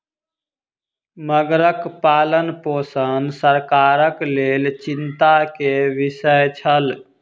मगरक पालनपोषण सरकारक लेल चिंता के विषय छल